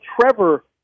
Trevor